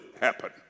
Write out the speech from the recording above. happen